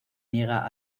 niega